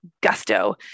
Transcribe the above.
gusto